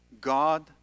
God